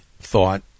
thought